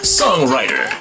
songwriter